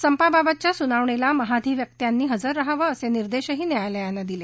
संपाबाबतच्या सुनावणीला महाधिवक्त्यंनी हजर रहावं असे निर्देशही न्यायालयानं दिले